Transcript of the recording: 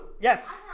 yes